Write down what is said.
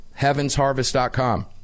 HeavensHarvest.com